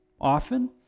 often